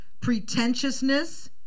pretentiousness